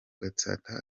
gatsata